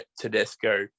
tedesco